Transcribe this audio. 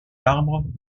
arbres